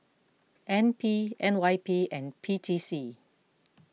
N P N Y P and P T C